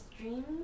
dream